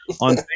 on